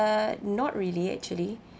not really actually